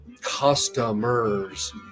Customers